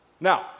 Now